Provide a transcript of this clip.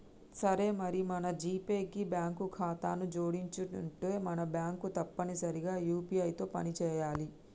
సరే మరి మన జీపే కి బ్యాంకు ఖాతాను జోడించనుంటే మన బ్యాంకు తప్పనిసరిగా యూ.పీ.ఐ తో పని చేయాలి